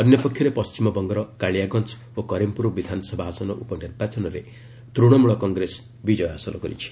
ଅନ୍ୟ ପକ୍ଷରେ ପଣ୍ଟିମବଙ୍ଗର କାଳିଆଗଞ୍ଜ ଓ କରିମପୁର ବିଧାନସଭା ଆସନ ଉପନିର୍ବାଚନରେ ତୃଣମୂଳ କଂଗ୍ରେସ ବିଜୟ ହାସଲ କରିଛି